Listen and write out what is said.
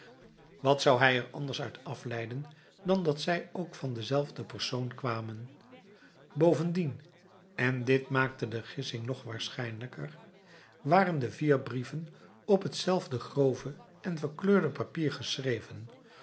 wat zou hij er anders uit afleiden dan dat zij ook van denzelfden persoon kwamen bovendien en dit maakte de gissing nog waarschijnlijker waren de vier brieven op hetzelfde grove en verkleurde papier geschreven